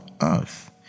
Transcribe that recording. earth